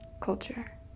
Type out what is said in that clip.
culture